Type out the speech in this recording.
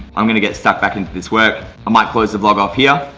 i'm going to get sucked back into this work. i might close the vlog off here.